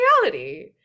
reality